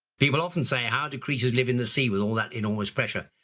people often say how do creatures live in the sea with all that enormous pressure.